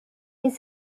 his